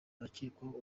abakekwaho